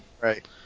Right